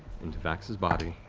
and vax's body.